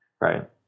right